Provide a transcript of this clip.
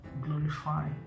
glorify